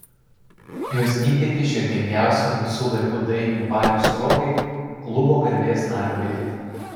jos įteikė širdingiausiam visų laikų dainiui baliui sruogai klubo garbės nario bilietą